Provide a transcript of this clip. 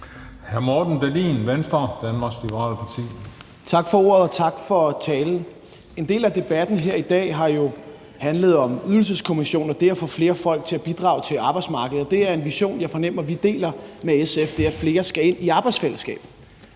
Hr. Morten Dahlin, Venstre, Danmarks Liberale Parti. Kl. 14:12 Morten Dahlin (V): Tak for ordet. Og tak for talen. En del af debatten her i dag har jo handlet om Ydelseskommissionen og det at få flere folk til at bidrage til arbejdsmarkedet, og det er en vision, jeg fornemmer vi deler med SF, nemlig det, at flere skal ind i arbejdsfællesskabet.